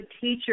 teacher